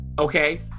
Okay